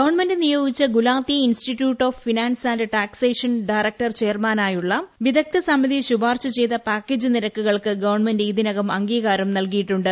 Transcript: government നിയോഗിച്ച Gulati institute of finance and taxation director ചെയർമാനായുള്ള വിദഗ്ധ സമിതി ശുപാർശ ചെയ്ത പാക്കേജ് നിരക്കുകൾക്ക് ഗവൺമെന്റ് ഇതിനകം അംഗീകാരം നൽകിയിട്ടുണ്ട്